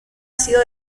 sido